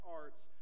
arts